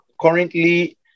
currently